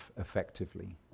effectively